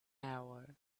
hour